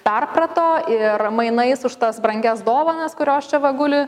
perprato ir mainais už tas brangias dovanas kurios čia va guli